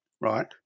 right